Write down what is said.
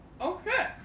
Okay